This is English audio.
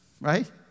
right